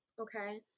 okay